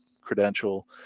credential